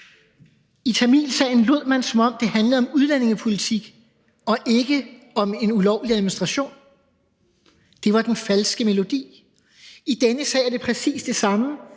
I tamilsagen lod man, som om det handlede om udlændingepolitik og ikke om en ulovlig administration. Det var den falske melodi. I denne sag er det præcis det samme.